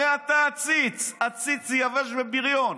הרי אתה עציץ יבש ובריון.